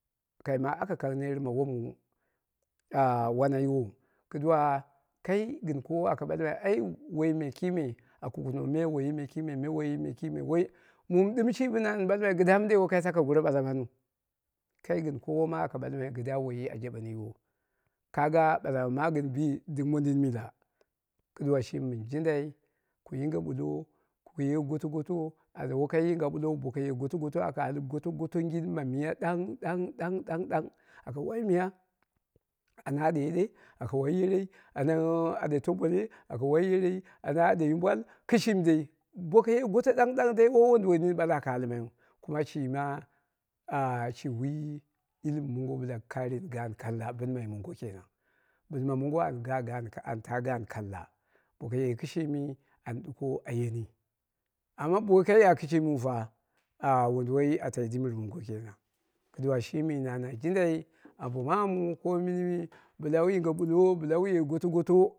Kaima aka kang net ma wom wan yiwou kɨduwa kai gɨn koowo aka bal mai woiyime a kukuno me woiyi me kime, me woiyi me kime, mum ɗɨm dai shi bɨna an ɓalmai goro minde wokai taka goro bala maniu, kai gɨn koowo ma aka ɓalmai kɨdda woiyi a jaɓeni ka ga bala ma magɨn nbi dɨm mondɨnm mila kɨduwa shimi mɨn jindia ku yinge ɓullo goto goto anya wokai yinga ɓullou aka gotongin ma amiya ɗangɗang ɗang ɗang aka wai mkiya anma ade yede, aka wai miya ana ade tombele, aka woi yerei ana ade yumnbal, kɨshimi dai boko ye goto ɗang ɗang ɗang ɗang ɗang dai woi wom duwo nini waka almaiyu, kuma shima shi wi ilimi mongo bɨla karani gaan kalla, ɓinma mongo kenan, ɓinma mongo an taa gaan kalla boko kɨshimi an ɗuko ayeni amma bo woi ka ya kɨshimiu ta ah wonduwoi a tai dim ɓɨri mongo kenan kiduwa shjimi na na jindia ambo ko minmi bɨla wu yinge ɓullo bɨla wu ye goto goto.